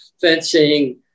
fencing